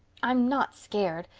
i'm not scared,